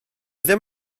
ddim